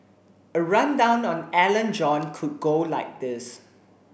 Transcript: a rundown on Alan John could go like this